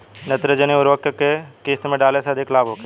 नेत्रजनीय उर्वरक के केय किस्त में डाले से अधिक लाभ होखे?